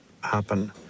happen